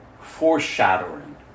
foreshadowing